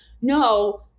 No